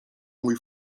mój